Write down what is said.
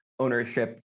ownership